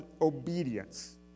obedience